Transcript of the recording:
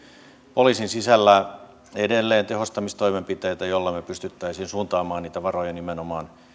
poliisin sisällä edelleen tehostamistoimenpiteitä joilla me pystyisimme suuntaamaan niitä varoja nimenomaan